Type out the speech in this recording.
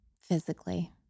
physically